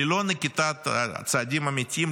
ללא נקיטת צעדים אמיתיים,